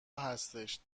هستش